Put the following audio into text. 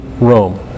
Rome